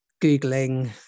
googling